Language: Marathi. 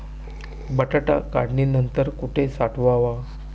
बटाटा काढणी नंतर कुठे साठवावा?